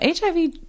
HIV